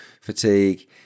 fatigue